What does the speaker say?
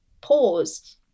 pause